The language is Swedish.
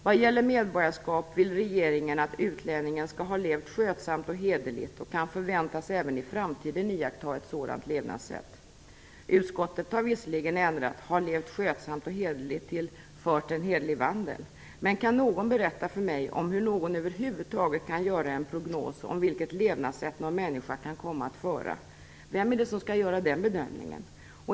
Vad gäller medborgarskap vill regeringen att utlänningen skall ha levt skötsamt och hederligt och kan föväntas iaktta ett sådant levnadssätt även i framtiden. Utskottet har visserligen ändrat "ha levt skötsamt och hederligt" till "fört en hederlig vandel". Men kan någon berätta för mig hur någon över huvud taget kan göra en prognos om vilket levnadssätt någon människa kan komma att föra? Vem är det som skall göra den bedömningen?